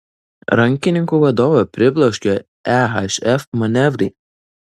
rankininkų vadovą pribloškė ehf manevrai